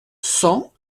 cent